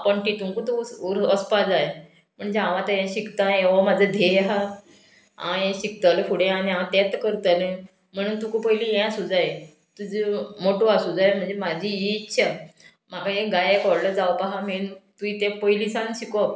पण तितूंकूच उर वसपा जाय म्हणजे हांव आतां हें शिकतां हें हो म्हाजो धेय आहा हांव हें शिकतलें फुडें आनी हांव तेंच करतलें म्हणून तुका पयलीं हें आसूं जाय तुजो मोटो आसूं जाय म्हणजे म्हाजी ही इच्छा म्हाका हें गायक व्हडलो जावपा आहा मेन तुयें तें पयलीं सान शिकोवप